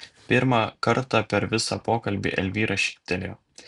pirmą kartą per visą pokalbį elvyra šyptelėjo